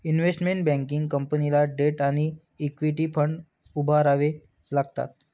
investment banking कंपनीला debt आणि equity fund उभारावे लागतात